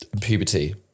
puberty